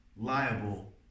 liable